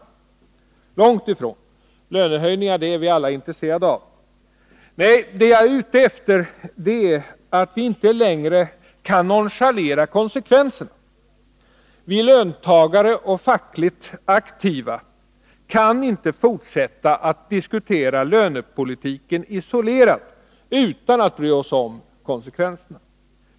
Långt därifrån. Lönehöjningar är vi alla intresserade av. Nej, vad jag är ute efter är att vi inte längre kan nonchalera konsekvenserna. Vi löntagare och fackligt aktiva kan inte fortsätta att diskutera lönepolitiken isolerat utan att bry oss om konsekvenserna.